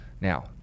Now